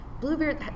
Bluebeard